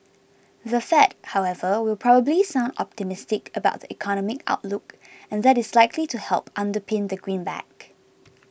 the Fed however will probably sound optimistic about the economic outlook and that is likely to help underpin the greenback